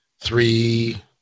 three